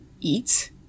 eat